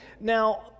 Now